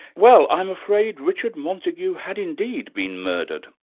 well i'm afraid richard montague had indeed been murdered,